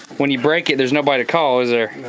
when you break it, there's nobody to call, is